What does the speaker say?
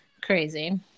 crazy